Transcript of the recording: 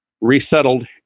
resettled